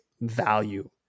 value